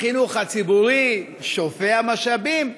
החינוך הציבורי שופע משאבים,